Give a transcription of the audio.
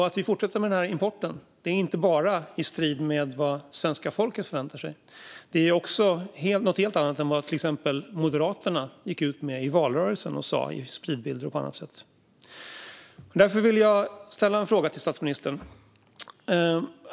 Att vi fortsätter med importen är inte bara i strid med vad svenska folket förväntar sig; det är också något helt annat än vad till exempel Moderaterna gick ut med i valrörelsen och sa i spridbilder och på andra sätt. Därför vill jag ställa några frågor till statsministern.